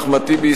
אחמד טיבי,